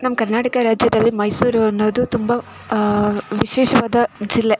ನಮ್ಮ ಕರ್ನಾಟಕ ರಾಜ್ಯದಲ್ಲಿ ಮೈಸೂರು ಅನ್ನೋದು ತುಂಬ ವಿಶೇಷವಾದ ಜಿಲ್ಲೆ